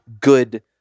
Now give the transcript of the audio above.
good